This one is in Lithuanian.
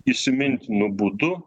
įsimintinu būdu